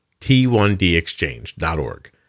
T1DExchange.org